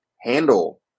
handle